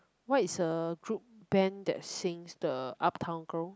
what is a group band that sings the uptown girl